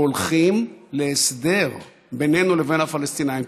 שהולכים להסדר בינינו לבין הפלסטינים.